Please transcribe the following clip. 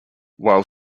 while